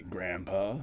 Grandpa